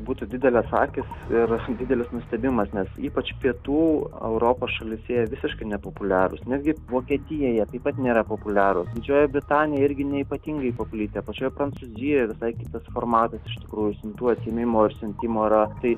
būtų didelės akys ir didelis nustebimas nes ypač pietų europos šalyse jie visiškai nepopuliarūs netgi vokietijoje taip pat nėra populiarūs didžiojoj britanijoj irgi ne ypatingai paplitę pačioj prancūzijoj visai kitas formatas iš tikrųjų siuntų atsiėmimo ir siuntimo yra tai